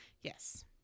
Yes